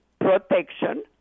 protection